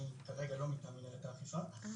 אני כרגע לא מטעם מינהלת האכיפה,